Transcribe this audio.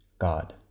God